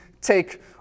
take